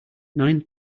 nine